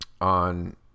on